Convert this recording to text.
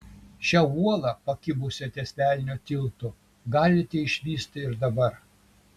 šią uolą pakibusią ties velnio tiltu galite išvysti ir dabar